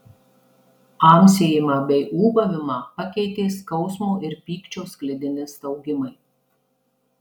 amsėjimą bei ūbavimą pakeitė skausmo ir pykčio sklidini staugimai